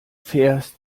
fährst